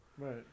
right